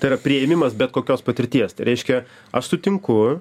tai yra priėmimas bet kokios patirties tai reiškia aš sutinku